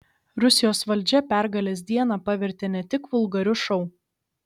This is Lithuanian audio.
rusijos valdžia pergalės dieną pavertė ne tik vulgariu šou